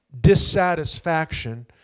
dissatisfaction